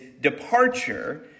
departure